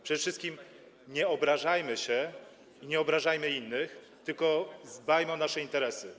Przede wszystkim nie obrażajmy się i nie obrażajmy innych, tylko dbajmy o nasze interesy.